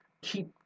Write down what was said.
Keep